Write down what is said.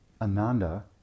Ananda